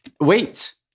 wait